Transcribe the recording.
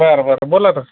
बरं बरं बोला ना